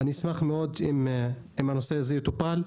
אני אשמח מאוד אם הנושא הזה יטופל.